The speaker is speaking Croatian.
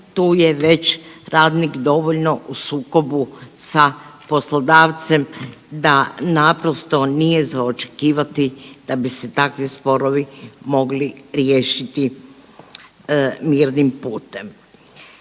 tu je već radnik dovoljno u sukobu sa poslodavcem da naprosto nije za očekivati da bi se takvi sporovi mogli riješiti mirnim putem.